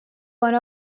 one